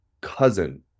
cousin